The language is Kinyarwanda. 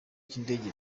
cy’indege